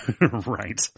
Right